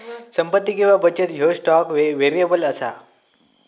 संपत्ती किंवा बचत ह्यो स्टॉक व्हेरिएबल असा